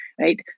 right